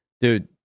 dude